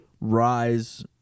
Rise